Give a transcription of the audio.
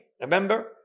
remember